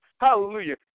hallelujah